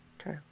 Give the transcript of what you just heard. Okay